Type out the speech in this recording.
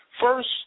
First